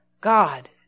God